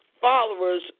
followers